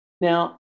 Now